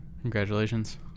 Congratulations